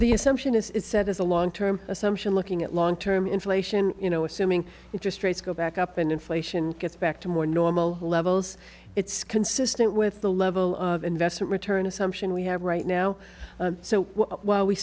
the assumption is is set is a long term assumption looking at long term inflation you know assuming interest rates go back up and inflation gets back to more normal levels it's consistent with the level of investment return assumption we have right now so while we